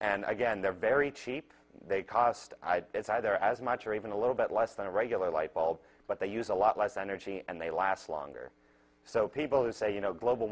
and again they're very cheap they cost it's either as much or even a little bit less than a regular light bulb but they use a lot less energy and they last longer so people who say you know global